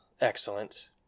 Excellent